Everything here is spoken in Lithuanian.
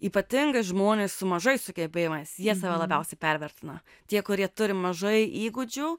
ypatingai žmonės su mažais sugebėjimais jie save labiausiai pervertina tie kurie turi mažai įgūdžių